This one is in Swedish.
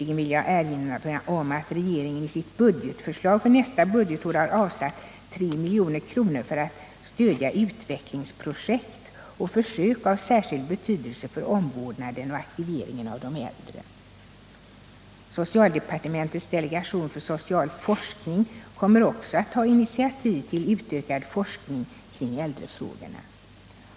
Jag vill också erinra om att regeringen i sitt budgetförslag för nästa budgetår har avsatt 3 milj.kr. för att stödja utvecklingsprojekt och försök av särskild betydelse för omvårdnaden och aktiveringen av de äldre. Socialdepartementets delegation för social forskning kommer också att ta initiativ till utökad forskning kring äldrefrågorna.